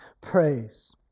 praise